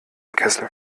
kessel